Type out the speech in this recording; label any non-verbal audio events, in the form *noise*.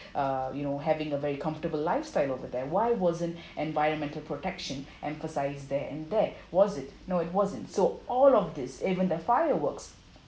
uh you know having a very comfortable lifestyle over there why wasn't *breath* environmental protection emphasised then and there was it no it wasn't so all of this even the fireworks